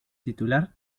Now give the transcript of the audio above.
titular